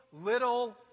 little